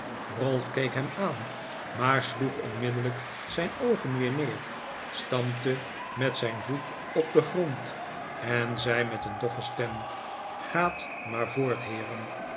ralph keek hem aan maar sloeg onmiddellijk zijn oogen weer neer stampte met zijn voet op den grond en zei met een doffe stem gaat maar voort heeren